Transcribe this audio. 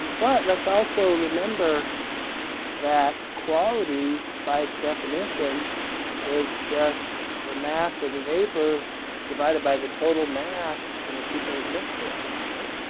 but let's also remember that quality by its definition is just the mass of the vapor divided by the total mass in a two-phase mixture, right?